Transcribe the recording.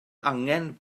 angen